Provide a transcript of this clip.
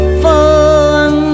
fun